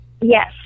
Yes